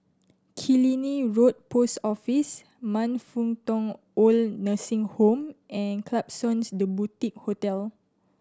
Killiney Road Post Office Man Fut Tong OId Nursing Home and Klapsons The Boutique Hotel